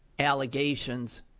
allegations